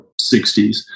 60s